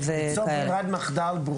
מתוך ברירת מחדל ברורה.